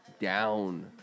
down